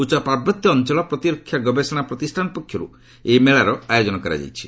ଉଚ୍ଚ ପାର୍ବତ୍ୟ ଅଞ୍ଚଳ ପ୍ରତିରକ୍ଷା ଗବେଷଣା ପ୍ରତିଷ୍ଠାନ ପକ୍ଷର୍ତ ଏହି ମେଳାର ଆୟୋଜନ କରାଯାଇଛି